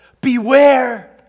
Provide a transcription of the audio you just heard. Beware